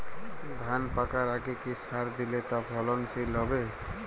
ধান পাকার আগে কি সার দিলে তা ফলনশীল হবে?